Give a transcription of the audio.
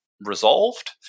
resolved